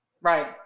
Right